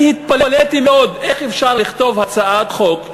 ואני התפלאתי מאוד איך אפשר לכתוב הצעת חוק,